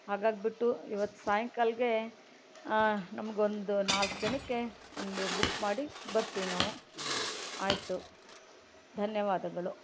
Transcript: ಹಾಗಾಗ್ಬಿಟ್ಟು ಇವತ್ತು ಸಾಯಂಕಾಲಕ್ಕೆ ನಮಗೊಂದು ನಾಲ್ಕು ಜನಕ್ಕೆ ಒಂದು ಬುಕ್ ಮಾಡಿ ಬರ್ತೀವಿ ನಾವು ಆಯಿತು ಧನ್ಯವಾದಗಳು